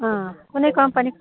अँ कुनै कम्पनी